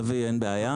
אין בעיה.